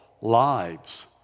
lives